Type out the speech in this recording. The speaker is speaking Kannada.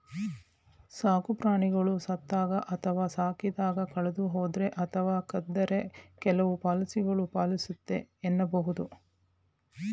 ಸಾಕುಪ್ರಾಣಿಗಳು ಸತ್ತಾಗ ಅಥವಾ ಸಾಕಿದಾಗ ಕಳೆದುಹೋದ್ರೆ ಅಥವಾ ಕದ್ದರೆ ಕೆಲವು ಪಾಲಿಸಿಗಳು ಪಾಲಿಸುತ್ತೆ ಎನ್ನಬಹುದು